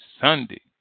Sunday